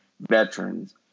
veterans